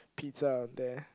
pizza on there